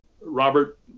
Robert